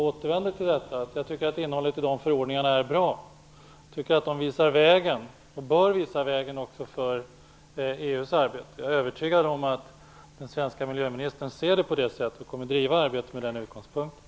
Jag tycker att innehållet i de förordningarna är bra. De visar vägen, och bör också visa vägen, för EU:s arbete. Jag är övertygad om att den svenska miljöministern ser det på det sättet och kommer att driva arbetet med den utgångspunkten.